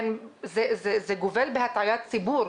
זה גובל בהטעיית ציבור,